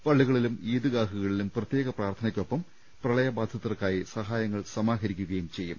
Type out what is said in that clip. പള്ളികളിലും ഈദ്ഗാഹുകളിലും പ്രത്യേക പ്രാർത്ഥനയോടൊപ്പം പ്രളയബാധിതർക്കായി സഹായങ്ങൾ സമാഹരിക്കുകയും ചെയ്യും